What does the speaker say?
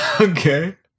Okay